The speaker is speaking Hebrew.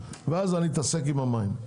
ואז אני אתעסק עם המים.